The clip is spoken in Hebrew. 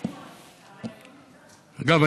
אגב,